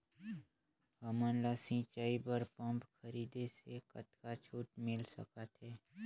हमन ला सिंचाई बर पंप खरीदे से कतका छूट मिल सकत हे?